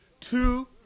two